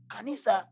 Kanisa